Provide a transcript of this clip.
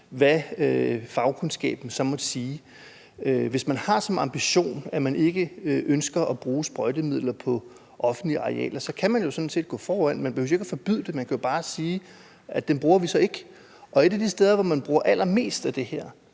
hvad fagkundskaben så måtte sige, vil jeg sige, at hvis man har som ambition, at man ikke ønsker at bruge sprøjtemidler på offentlige arealer, så kan man jo sådan set gå foran. Man behøver ikke at forbyde det; man kan jo bare sige: Dem bruger vi så ikke. Et af de steder, hvor man bruger allermest af det her